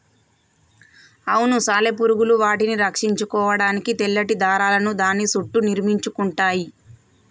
అవును సాలెపురుగులు వాటిని రక్షించుకోడానికి తెల్లటి దారాలను దాని సుట్టూ నిర్మించుకుంటయ్యి